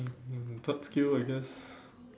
third skill I guess